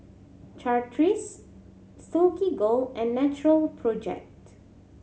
Chateraise Silkygirl and Natural Project